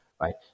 right